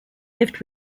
lived